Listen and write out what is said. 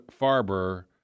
Farber